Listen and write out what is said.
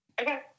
Okay